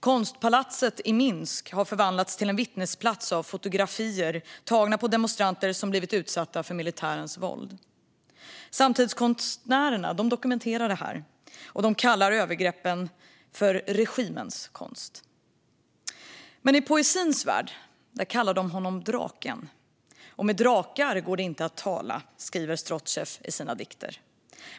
Konstpalatset i Minsk har förvandlats till en vittnesplats med fotografier tagna på demonstranter som blivit utsatta för militärens våld. Samtidskonstnärerna dokumenterar detta och kallar övergreppen för "regimens konst". Men i poesins värld kallar de honom draken. Och med drakar går det inte att tala, skriver Strotsev i sina dikter.